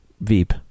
veep